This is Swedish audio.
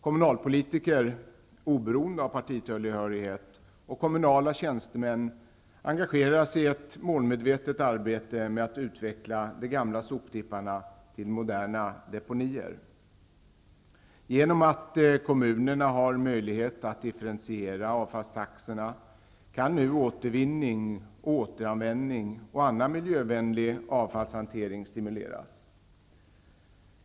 Kommunalpolitiker, oberoende av partibehörighet, och kommunala tjänstemän engagerar sig i ett målmedvetet arbete med att utveckla de gamla soptipparna till moderna deponier. Genom att kommunerna har möjlighet att differentiera avfallstaxorna kan nu återvinning, återanvändning och annan miljövänlig avfallshantering stimuleras.